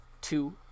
two